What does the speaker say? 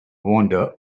vonda